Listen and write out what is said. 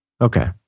Okay